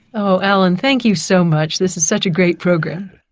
oh, alan, thank you so much, this is such a great program.